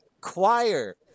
choir